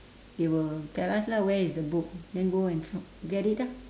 they will tell us lah where is the book then go and find get it lah